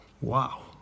wow